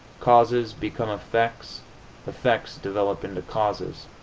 causes become effects effects develop into causes.